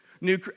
new